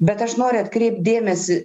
bet aš noriu atkreipt dėmesį